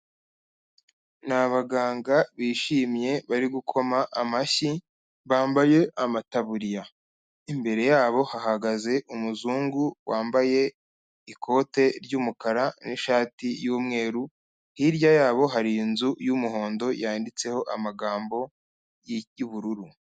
Ni abaganga bishimye bari gukoma amashyi, bambaye amataburiya, imbere yabo hahagaze umuzungu wambaye ikote ry'umukara n'ishati y'umweru, hirya yabo hari inzu y'umuhondo yanditseho amagambo y'ubururu.